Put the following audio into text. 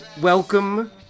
welcome